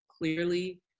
clearly